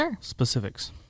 specifics